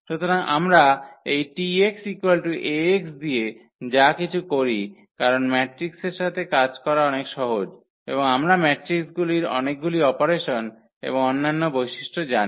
সুতরাং আমরা এই 𝑇 Ax দিয়ে যা কিছু করি কারণ ম্যাট্রিক্সের সাথে কাজ করা অনেক সহজ এবং আমরা ম্যাট্রিকগুলির অনেকগুলি অপারেশন এবং অন্যান্য বৈশিষ্ট্য জানি